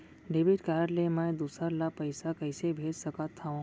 Debit card ले मैं दूसर ला पइसा कइसे भेज सकत हओं?